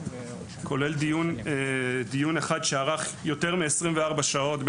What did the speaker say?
כולל דיון אחד בין אגף התקציבים לות"ת שארך יותר מ-24 שעות,